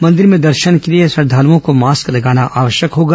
मंदिर में दर्शन के लिए श्रद्वालुओं को मास्क लगाना आवश्यक होगा